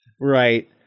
Right